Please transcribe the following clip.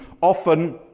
often